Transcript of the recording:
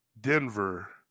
Denver